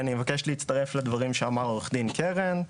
אני מבקש להצטרף לדברים שאמר עו"ד קרן.